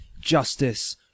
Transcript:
justice